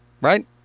right